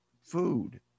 food